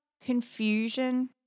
confusion